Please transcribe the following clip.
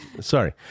sorry